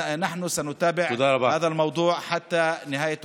נמשיך לעקוב אחר נושא זה עד סופו המוצלח,